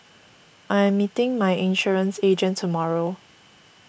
I am meeting my insurance agent tomorrow